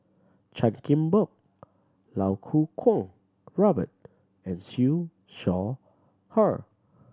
Chan Chin Bock Iau Kuo Kwong Robert and Siew Shaw Her